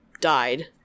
died